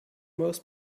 most